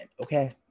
okay